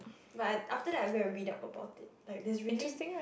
but I after that I go and read up about it like there is really